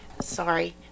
sorry